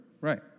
right